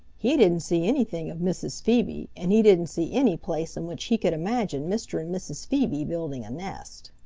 he didn't see anything of mrs. phoebe and he didn't see any place in which he could imagine mr. and mrs. phoebe building a nest.